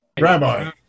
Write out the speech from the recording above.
Rabbi